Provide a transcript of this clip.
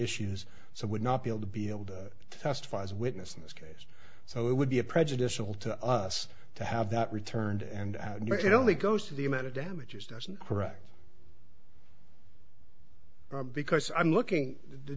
issues so would not be able to be able to testify as witness in this case so it would be a prejudicial to us to have that returned and you know only goes to the amount of damages doesn't correct because i'm looking the